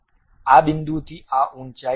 આ બિંદુથી આ ઊંચાઈ 1